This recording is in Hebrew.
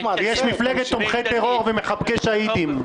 אחמד, יש מפלגת תומכי טרור ומחבקי שאהידים.